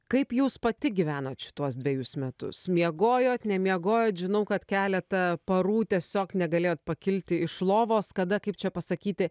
kaip jūs pati gyvenot šituos dvejus metus miegojot nemiegojot žinau kad keletą parų tiesiog negalėjot pakilti iš lovos kada kaip čia pasakyti